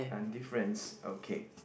and difference okay